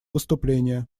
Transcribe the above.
выступление